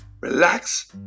relax